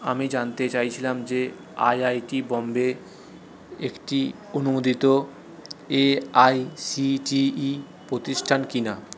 আমি জানতে চাইছিলাম যে আইআইটি বোম্বে একটি অনুমোদিত এআইসিটিই প্রতিষ্ঠান কি না